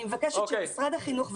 אני מבקשת ממשרד החינוך,